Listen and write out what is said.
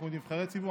אנחנו נבחרי ציבור,